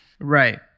Right